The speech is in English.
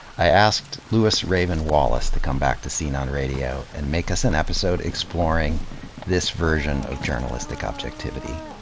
i asked lewis raven wallace to come back to scene on radio and make us an episode exploring this version of journalistic objectivity,